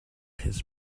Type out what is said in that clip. his